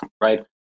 right